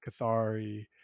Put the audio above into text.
Cathari